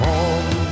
Home